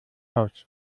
haus